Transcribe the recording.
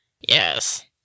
Yes